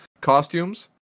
costumes